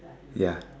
ya